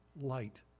light